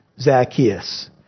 Zacchaeus